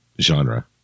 genre